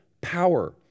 power